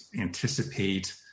anticipate